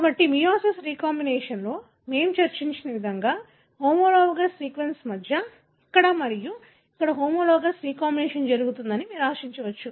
కాబట్టి మియోసిస్ రీకాంబినేషన్లో మేము చర్చించిన విధంగా హోమోలాగస్ సీక్వెన్స్ మధ్య ఇక్కడ మరియు ఇక్కడ హోమోలాగస్ రీ కాంబినేషన్ జరుగుతుందని మీరు ఆశించవచ్చు